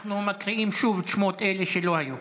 מקריאים שוב את שמות אלה שלא היו.